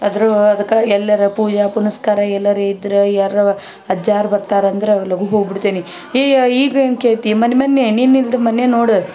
ಆದ್ರೂ ಅದಕ್ಕೆ ಎಲ್ಲರ ಪೂಜೆ ಪುನಸ್ಕಾರ ಎಲ್ಲರ ಇದ್ರೆ ಯಾರನ್ನಾರ ಅಜ್ಜಾರು ಬರ್ತಾರೆ ಅಂದ್ರೆ ಲಗು ಹೋಗ್ಬಡ್ತೀನಿ ಇಯಾ ಈಗೇನು ಕೇಳ್ತಿ ಮೊನ್ನೆ ಮೊನ್ನೆ ನೀನು ಇಲ್ದಿದ್ದ ಮನೆ ನೋಡು